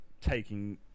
taking